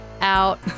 out